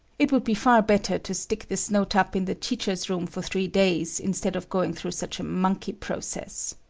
it would be far better to stick this note up in the teachers' room for three days instead of going through such a monkey process.